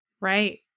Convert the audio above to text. Right